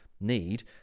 need